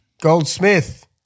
Goldsmith